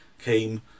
came